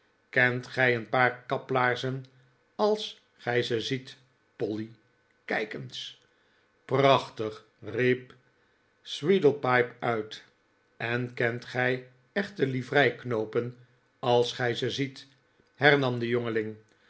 kent gij een paar kaplaarzen als gij ze ziet polly kijk eens prachtigl riep sweedlepipe uit tt en kent gij echte livreiknoopen als gij ze ziet hernam de